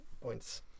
points